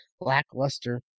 lackluster